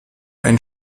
ein